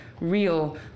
real